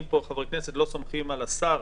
אם פה חברי כנסת לא סומכים על השר,